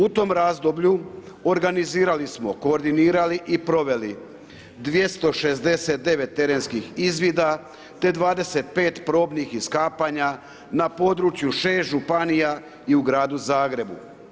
U tom razdoblju organizirali smo, koordinirali i proveli 269 terenskih izvida te 25 probnih iskapanja na području 6 županija i u Gradu Zagrebu.